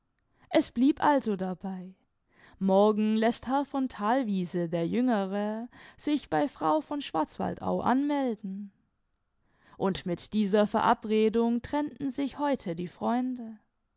es blieb also dabei morgen läßt herr von thalwiese der jüngere sich bei frau von schwarzwaldau anmelden und mit dieser verabredung trennten sich heute die freunde